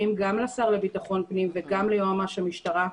גם לשר לביטחון פנים וגם ליועמ"ש המשטרה,